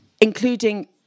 including